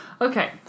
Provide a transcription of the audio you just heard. Okay